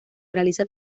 realiza